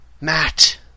Matt